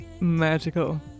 magical